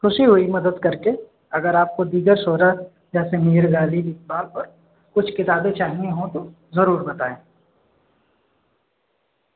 خوشی ہوئی مدد کر کے اگر آپ کو دیگر شعراء جیسے میر غالب اقبال اور کچھ کتابیں چاہٮٔیں ہوں تو ضرور بتائیں